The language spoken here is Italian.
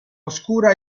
oscura